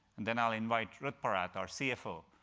and then i'll invite ruth porat, our cfo,